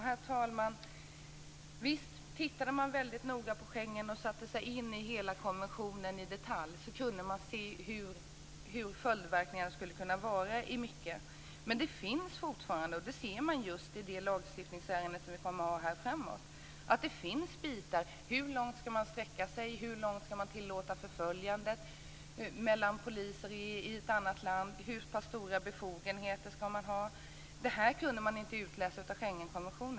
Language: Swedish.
Herr talman! Om man tittade väldigt noga på Schengenavtalet och satte sig in i hela konventionen i detalj kunde man se vilka följdverkningarna skulle kunna vara. Men det finns fortfarande, och det ser man just i det lagstiftningsärende som vi kommer att behandla senare, delar där det är oklart hur långt man ska sträcka sig, hur långt man ska tillåta förföljande av poliser i ett annat land och hur stora befogenheter man ska ha. Det här kunde man inte utläsa av Schengenkonventionen.